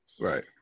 Right